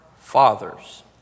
fathers